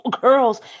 girls